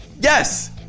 Yes